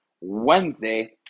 Wednesday